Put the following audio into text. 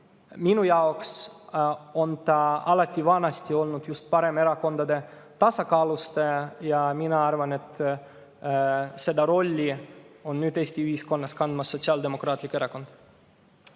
Minu jaoks oli Keskerakond vanasti alati just paremerakondade tasakaalustaja ja mina arvan, et seda rolli on nüüd Eesti ühiskonnas kandmas Sotsiaaldemokraatlik Erakond.